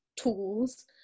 tools